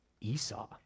Esau